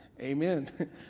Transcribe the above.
Amen